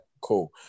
Cool